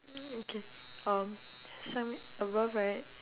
mm okay um some above right